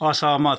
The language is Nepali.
असहमत